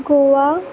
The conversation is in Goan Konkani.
गोवा